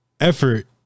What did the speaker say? effort